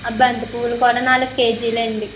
బంతి పూలు కూడా నాలుగు కేజీలండి